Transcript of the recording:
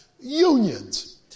unions